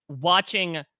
watching